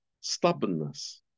stubbornness